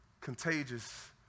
contagious